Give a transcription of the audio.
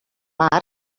març